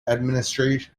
administrative